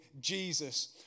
Jesus